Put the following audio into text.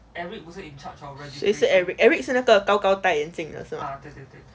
谁是 eric eric 是那个高高戴眼镜的那个是吗